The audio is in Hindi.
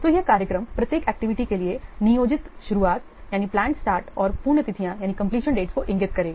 तो यह कार्यक्रम प्रत्येक एक्टिविटी के लिए नियोजित शुरुआत और पूर्ण तिथियों को इंगित करेगा